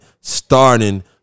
starting